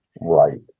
Right